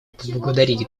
поблагодарить